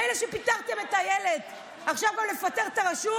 מילא שפיטרתם את איילת, עכשיו גם לפטר את הרשות?